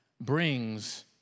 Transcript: brings